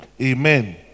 amen